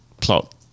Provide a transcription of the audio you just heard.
plot